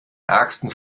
ärgsten